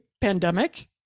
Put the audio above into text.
pandemic